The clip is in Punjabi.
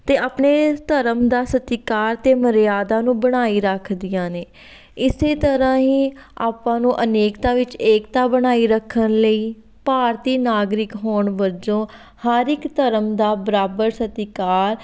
ਅਤੇ ਆਪਣੇ ਧਰਮ ਦਾ ਸਤਿਕਾਰ ਅਤੇ ਮਰਿਆਦਾ ਨੂੰ ਬਣਾਈ ਰੱਖਦੀਆਂ ਨੇ ਇਸੇ ਤਰ੍ਹਾਂ ਹੀ ਆਪਾਂ ਨੂੰ ਅਨੇਕਤਾ ਵਿੱਚ ਏਕਤਾ ਬਣਾਈ ਰੱਖਣ ਲਈ ਭਾਰਤੀ ਨਾਗਰਿਕ ਹੋਣ ਵਜੋਂ ਹਰ ਇੱਕ ਧਰਮ ਦਾ ਬਰਾਬਰ ਸਤਿਕਾਰ